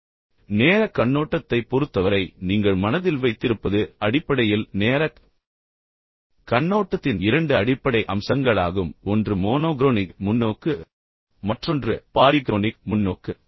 ஆனால் நேரக் கண்ணோட்டத்தைப் பொறுத்தவரை நீங்கள் மனதில் வைத்திருப்பது அடிப்படையில் நேரக் கண்ணோட்டத்தின் இரண்டு அடிப்படை அம்சங்களாகும் ஒன்று மோனோக்ரோனிக் முன்னோக்கு மற்றும் மற்றொன்று பாலிக்ரோனிக் முன்னோக்கு